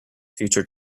future